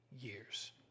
years